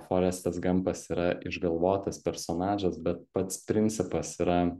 forestas gampas yra išgalvotas personažas bet pats principas yra